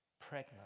pregnant